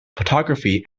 photography